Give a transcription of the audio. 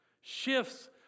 shifts